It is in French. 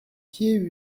pieds